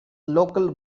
local